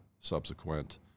subsequent